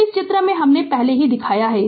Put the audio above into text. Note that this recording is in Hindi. तो इसे चित्र में हमने पहले ही दिखाया है